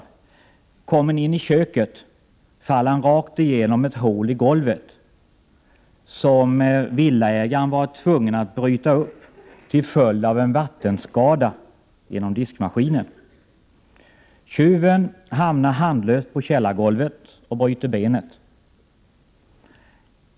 — väl kommen ini köket faller han rakt igenom ett hål i golvet, som villaägaren varit tvungen att bryta upp till följd av en vattenskada förorsakad av diskmaskinen. Tjuven faller handlöst ned på källargolvet och bryter benet.